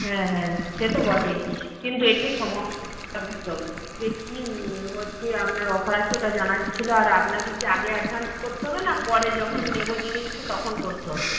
হ্যাঁ হ্যাঁ সে তো বটেই কিন্তু একটু যে কী হচ্ছে আপনার অফার আছে ওটা জানার ছিল আর আপনাকে কি আগে অ্যাডভান্স করতে হবে না পরে যখন নেব জিনিসটা তখন করতে হবে